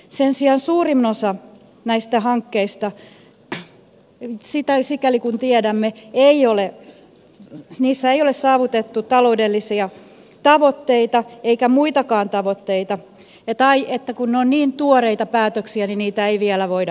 sen sijaan suurimmassa osassa näistä hankkeista sikäli kuin tiedämme ei ole saavutettu taloudellisia tavoitteita eikä muitakaan tavoitteita tai ne ovat niin tuoreita päätöksiä että niitä ei vielä voida arvioida